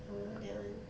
orh that [one]